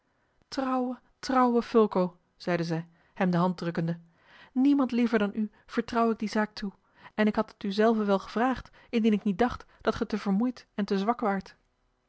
trouwe trouwe fulco zeide zij hem de hand drukkende niemand liever dan u vertrouw ik die zaak toe en ik had het u zelve wel gevraagd indien ik niet dacht dat ge te vermoeid en te zwak waart